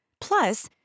Plus